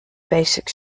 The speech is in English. basic